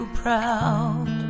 proud